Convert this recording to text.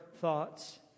thoughts